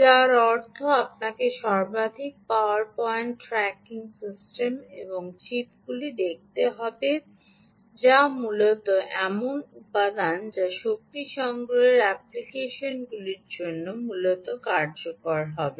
যার অর্থ আপনাকে সর্বাধিক পাওয়ার পয়েন্ট ট্র্যাকিং সিস্টেম এবং চিপগুলি দেখতে হবে যা মূলত এমন উপাদান যা শক্তি সংগ্রহের অ্যাপ্লিকেশনগুলির জন্য মূলত কার্যকর হবে